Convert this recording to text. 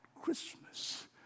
Christmas